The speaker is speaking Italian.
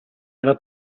era